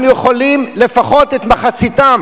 אנחנו יכולים, לפחות את מחציתם,